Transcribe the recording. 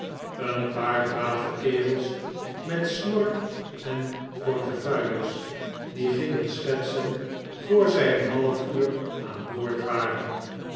een paar brave kerels met snorren en portefeuilles die gingen schetsen vr zij een half uur aan boord waren